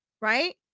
Right